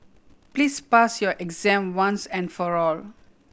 please pass your exam once and for all